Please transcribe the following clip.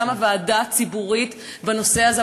קמה ועדה ציבורית בנושא הזה,